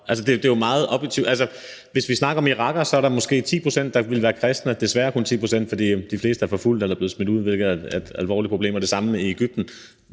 Det er jo meget objektivt. Altså, hvis vi snakker om irakere, er der måske 10 pct., der vil være kristne – desværre kun 10 pct., fordi de fleste er forfulgte eller er blevet smidt ud, hvilket er et alvorligt problem. Og det er det samme i Egypten.